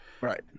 right